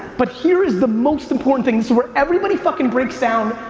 but here's the most important thing, this is where everybody fuckin' breaks down,